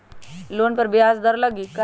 Loan पर ब्याज दर लगी?